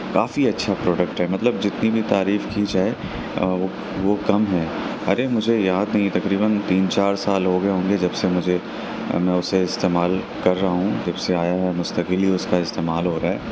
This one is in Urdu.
کافی اچھا پروڈکٹ ہے مطلب جتنی بھی تعریف کی جائے وہ وہ کم ہے ارے مجھے یاد نہیں تقریباً تین چار سال ہو گئے ہوں گے جب سے مجھے میں اسے استعمال کر رہا ہوں جب سے آیا ہے مستقل ہی اس کا استعمال ہو رہا ہے